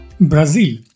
Brazil